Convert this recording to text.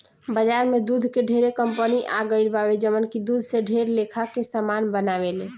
बाजार में दूध के ढेरे कंपनी आ गईल बावे जवन की दूध से ढेर लेखा के सामान बनावेले